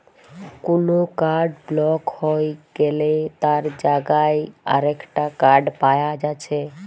কুনো card block হই গ্যালে তার জাগায় আরেকটা কার্ড পায়া যাচ্ছে